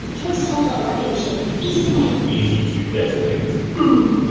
choice tool of a revolution. easy to make easy to detonate boom!